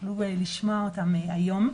שתוכלו לשמוע אותם היום.